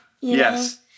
yes